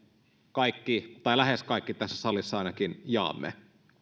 kaikki tai ainakin lähes kaikki tässä salissa jaamme